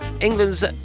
England's